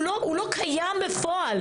הוא לא קיים בפועל.